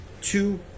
two